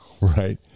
Right